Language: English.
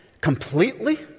completely